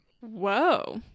Whoa